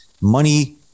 Money